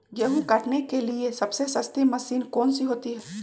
गेंहू काटने के लिए सबसे सस्ती मशीन कौन सी होती है?